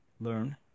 Learn